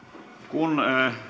kun